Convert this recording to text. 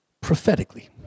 prophetically